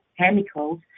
chemicals